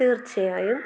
തീർച്ചയായും